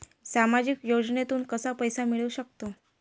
सामाजिक योजनेतून कसा पैसा मिळू सकतो?